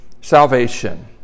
salvation